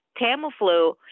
Tamiflu